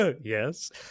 Yes